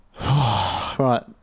Right